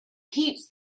heaps